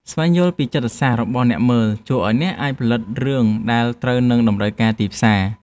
ស្វែងយល់ពីចិត្តសាស្ត្ររបស់អ្នកមើលជួយឱ្យអ្នកអាចផលិតរឿងដែលត្រូវនឹងតម្រូវការទីផ្សារ។